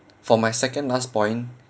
for my second last point